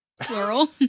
Plural